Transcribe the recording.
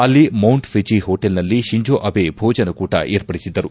ಅಲ್ಲಿ Mount Fuji ಹೊಟೇಲ್ನಲ್ಲಿ Shinzo Abe ಭೋಜನಕೂಟ ಏರ್ಪಡಿಸಿದ್ದರು